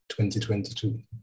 2022